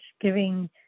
giving